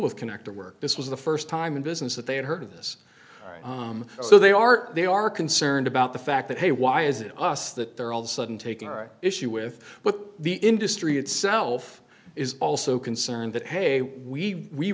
with connector work this was the st time in business that they had heard of this so they are they are concerned about the fact that hey why is it us that there all the sudden taking issue with what the industry itself is also concerned that hey we we